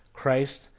Christ